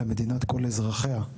למדינת כל אזרחיה.